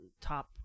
top